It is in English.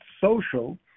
Social